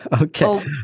Okay